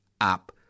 up